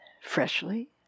freshly